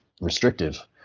restrictive